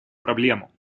проблему